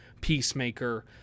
Peacemaker